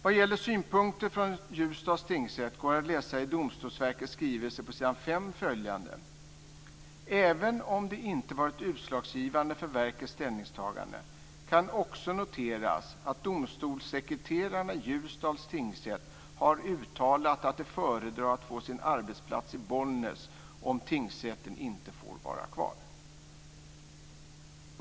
Vad gäller synpunkter från Ljusdals tingsrätt går det att läsa följande i Domstolsverkets skrivelse på s. 5: Även om det inte varit utslagsgivande för verkets ställningstagande kan också noteras att domstolssekreterarna i Ljusdals tingsrätt har uttalat att de föredrar att få sin arbetsplats i Bollnäs om tingsrätten inte får vara kvar.